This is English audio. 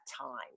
time